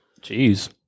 Jeez